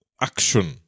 action